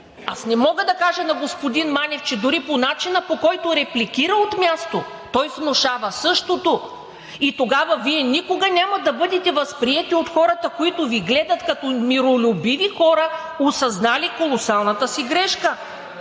Не мога да кажа на господин Манев, че дори по начина, по който репликира от място, той внушава същото и тогава Вие никога няма да бъдете възприети от хората, които Ви гледат, като миролюбиви хора, осъзнали колосалната си грешка.